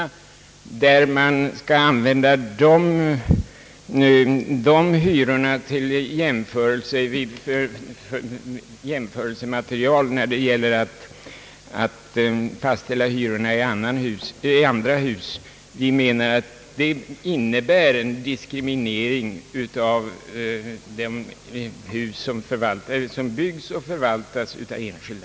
Därefter skall hyrorna i de nya husen användas som jämförelsematerial när det gäller att fastställa hyror i andra hus. Detta innebär en diskriminering av de hus som byggs och förvaltas av enskilda.